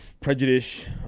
prejudice